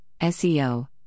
SEO